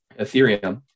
Ethereum